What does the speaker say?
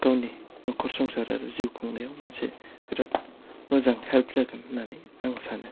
गावनि न'खर संसार आरो जिउ खुंनायाव मोनसे बिराद मोजां हेल्फ जागोन होननानै आं सानो